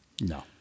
No